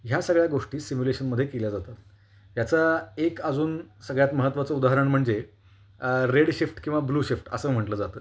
ह्या सगळ्या गोष्टी सिम्युलेशनमध्ये केल्या जातात याचा एक अजून सगळ्यात महत्त्वाचं उदाहरण म्हणजे रेड शिफ्ट किंवा ब्लू शिफ्ट असं म्हंटलं जातं